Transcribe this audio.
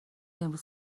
امروز